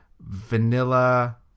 vanilla